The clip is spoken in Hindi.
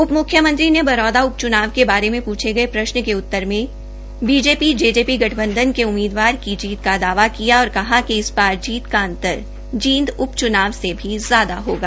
उप म्ख्यमंत्री ने बरोदा उपच्नाव के बारे में प्छे गए प्रश्न के उतर में बीजेपी जेजेपी गठबंधन के उम्मीदवार की जीत का दावा किया और कहा कि इस बार जीत का अंतर जींद उपच्नाव से भी ज्यादा होगा